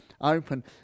open